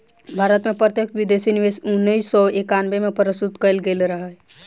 भारत में प्रत्यक्ष विदेशी निवेश उन्नैस सौ एकानबे में प्रस्तुत कयल गेल छल